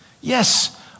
Yes